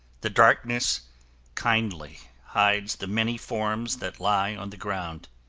the darkness kindly hides the many forms that lie on the ground.